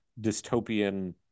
dystopian